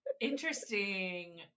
Interesting